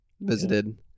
visited